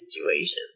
situation